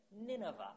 Nineveh